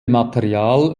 material